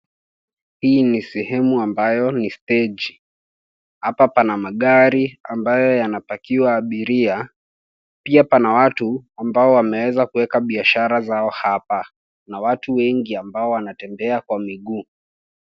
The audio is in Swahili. Hii ni sehemu ambayo ni steji . Hapa pana magari ambayo yanapakiwa abiria. Pia pana watu ambao wameweza kueka biashara zao hapa na watu wengi ambao wanatembea kwa miguu.